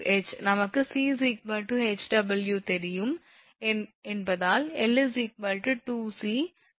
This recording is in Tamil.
நமக்கு 𝑐𝐻𝑊 தெரியும் என்பதால் 𝑙 2𝑐sinh 𝐿2𝑐